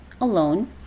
alone